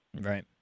Right